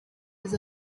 was